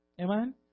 Amen